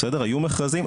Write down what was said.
היו מכרזים,